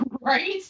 Right